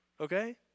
okay